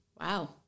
Wow